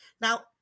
Now